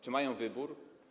Czy mają wybór?